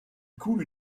coule